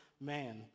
man